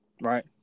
Right